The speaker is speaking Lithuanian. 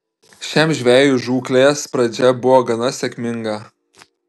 šiam žvejui žūklės pradžia buvo gana sėkminga